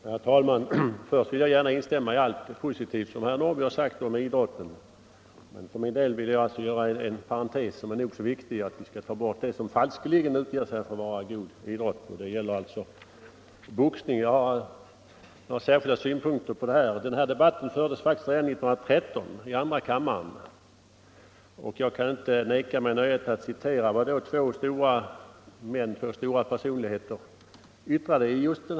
Herr talman! Först vill jag gärna instämma i allt positivt som herr Norrby har sagt om idrotten, men sedan vill jag göra en parentes som är nog så viktig: vi skall ta bort det som falskeligen utger sig för att vara god idrott. Det gäller alltså boxning, och jag har några särskilda synpunkter på den. En debatt i just den här frågan fördes faktiskt redan år 1913 i andra kammaren, och jag kan inte neka mig nöjet att citera vad två stora personligheter då yttrade.